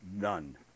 None